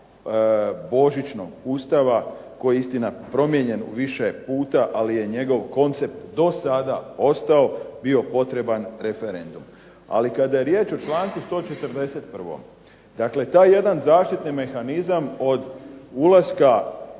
božićnog Ustava koji je istina promijenjen u više puta, ali je njegov koncept do sada ostao, bio potreban referendum. Ali kada je riječ o članku 141. dakle taj jedan zaštitni mehanizam od ulaska